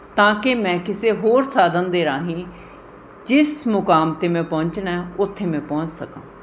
ਤਾਂ ਕਿ ਮੈਂ ਕਿਸੇ ਹੋਰ ਸਾਧਨ ਦੇ ਰਾਹੀਂ ਜਿਸ ਮੁਕਾਮ 'ਤੇ ਮੈਂ ਪਹੁੰਚਣਾ ਉੱਥੇ ਮੈਂ ਪਹੁੰਚ ਸਕਾ